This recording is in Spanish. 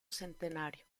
centenario